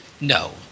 No